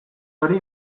hori